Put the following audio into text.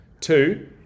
Two